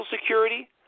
security